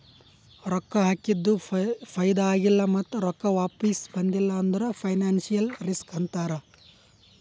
ರೊಕ್ಕಾ ಹಾಕಿದು ಫೈದಾ ಆಗಿಲ್ಲ ಮತ್ತ ರೊಕ್ಕಾ ವಾಪಿಸ್ ಬಂದಿಲ್ಲ ಅಂದುರ್ ಫೈನಾನ್ಸಿಯಲ್ ರಿಸ್ಕ್ ಅಂತಾರ್